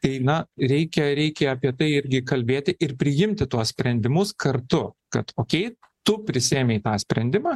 tai na reikia reikia apie tai irgi kalbėti ir priimti tuos sprendimus kartu kad ok tu prisiėmei tą sprendimą